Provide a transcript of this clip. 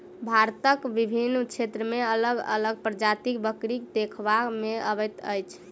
भारतक विभिन्न क्षेत्र मे अलग अलग प्रजातिक बकरी देखबा मे अबैत अछि